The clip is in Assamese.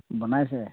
বনাইছে